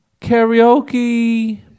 karaoke